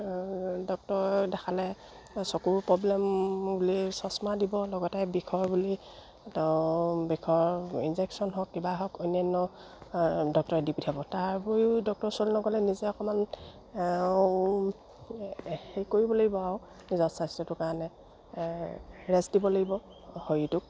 ডক্তৰক দেখালে চকুৰ প্ৰব্লেম বুলি চশমা দিব লগতে বিষৰ বুলি বিষৰ ইনজেকশ্যন হওক কিবা হওক অন্যান্য ডক্তৰে দি পঠিয়াব তাৰ ওপৰিও ডক্তৰৰ ওচৰত নগ'লে নিজে অকণমান হেৰি কৰিব লাগিব আৰু নিজৰ স্বাস্থ্যটোৰ কাৰণে ৰেষ্ট দিব লাগিব শৰীৰটোক